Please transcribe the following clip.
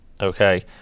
okay